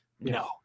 No